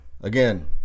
Again